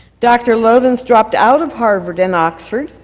dr. lovins dropped out of harvard and oxford,